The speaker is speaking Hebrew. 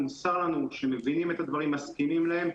נמסר לנו שמבינים את הדברים ומסכינים להם,